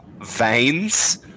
veins